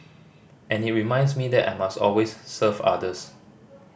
and it reminds me that I must always serve others